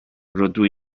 rydw